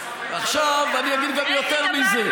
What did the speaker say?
ועכשיו אני אגיד גם יותר מזה.